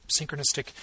synchronistic